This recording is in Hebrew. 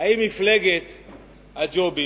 האם מפלגת הג'ובים,